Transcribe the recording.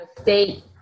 State